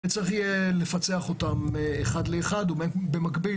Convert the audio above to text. וצריך יהיה לפצח אותם אחד לאחד ובמקביל,